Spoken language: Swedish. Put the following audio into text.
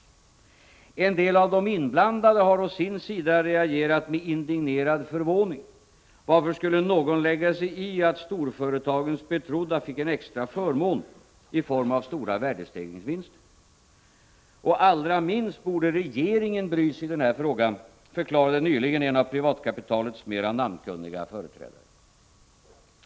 En del av de inblandade har å sin sida reagerat med indignerad förvåning — varför skulle någon lägga sig i att storföretagens betrodda fick en extra förmån i form av stora värdestegringsvinster? Allra minst borde regeringen bry sig i denna fråga, förklarade nyligen en av privatkapitalets mera namnkunniga företrädare.